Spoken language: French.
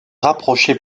rapprocher